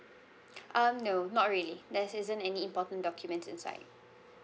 uh no not really there isn't any important documents inside